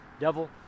devil